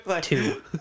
Two